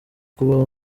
kubaho